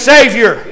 Savior